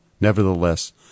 Nevertheless